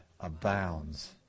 abounds